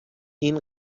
این